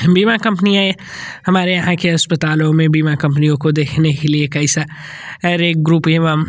बिमा कम्पनीयां हमारे यहाँ के अस्पतालों में बीमा कम्पनियों को देखने के लिए कई सा रे ग्रुप एवं